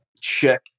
check